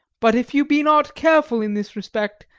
but if you be not careful in this respect,